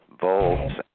volts